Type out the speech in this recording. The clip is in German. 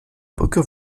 brücke